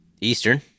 Eastern